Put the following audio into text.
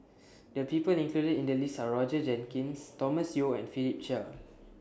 The People included in The list Are Roger Jenkins Thomas Yeo and Philip Chia